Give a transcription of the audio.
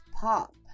pop